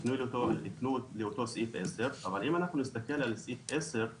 הפנו לאותו סעיף 10 אבל אם אנחנו נסתכל על סעיף 10,